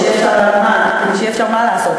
כדי שיהיה אפשר מה לעשות?